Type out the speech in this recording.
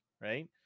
right